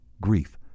grief